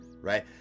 right